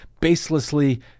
baselessly